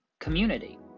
community